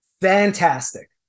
Fantastic